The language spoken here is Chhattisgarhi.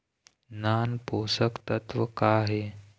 नान पोषकतत्व का हे?